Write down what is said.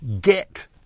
get